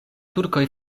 turkoj